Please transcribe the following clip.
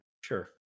sure